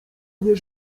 nie